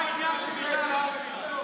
מה עניין שמיטה להר סיני?